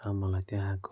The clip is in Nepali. र मलाई त्यहाँको